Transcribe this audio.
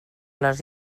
les